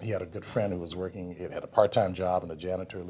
he had a good friend who was working at a part time job and a janitor